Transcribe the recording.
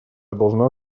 должна